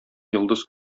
йолдыз